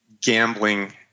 gambling